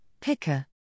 Picker